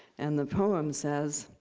and the poem says,